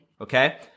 Okay